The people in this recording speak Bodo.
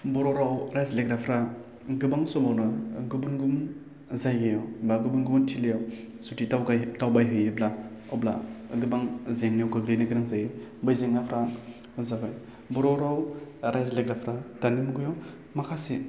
बर' राव रायज्लायग्राफ्रा गोबां समावनो गुबुन गुबुन जायो बा गुबुन गुबुनथिलियाव जुदि दावगायो दावबायहैयोब्ला अब्ला गोबां जेंनायाव गोग्लैनो गोनां जायो बै जेंनाफ्रा जाबाय बर' राव रायज्लायग्राफ्रा दानि मुगायाव माखासे